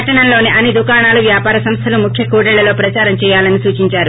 పట్షణంలోని అన్ని దుకాణాలు వ్యాపార సంస్థలు ముఖ్య కూడళ్లలో ప్రచారం చేయాలని సూచించారు